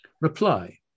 Reply